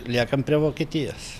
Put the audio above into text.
liekam prie vokietijos